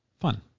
fun